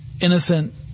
innocent